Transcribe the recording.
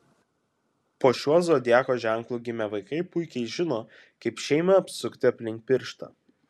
po šiuo zodiako ženklu gimę vaikai puikiai žino kaip šeimą apsukti aplink pirštą